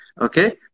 okay